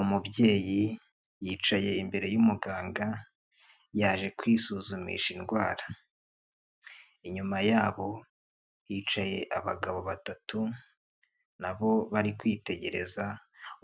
Umubyeyi yicaye imbere y'umuganga yaje kwisuzumisha indwara, inyuma yabo yicaye abagabo batatu na bo bari kwitegereza